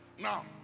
Now